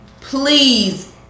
please